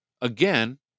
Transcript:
again